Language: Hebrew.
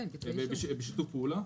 בשיתוף פעולה.